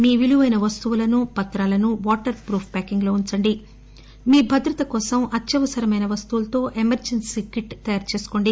మీ విలువైన వస్తువులను పత్రాలను వాటర్ ప్రూఫ్ ప్యాకింగ్లో ఉంచండి మీ భద్రత కోసం అత్యవసరమైన వస్తువులతో ఎమర్జెన్సీ కిట్ తయారు చేసుకోండి